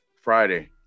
Friday